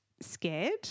scared